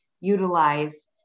utilize